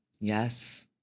Yes